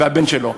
והבן שלו.